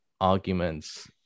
arguments